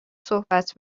صحبت